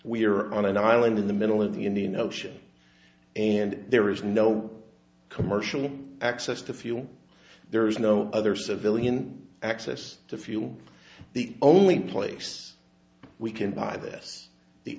we're on an island in the middle of the indian ocean and there is no commercial access to fuel there is no other civilian access to fuel the only place we can buy this the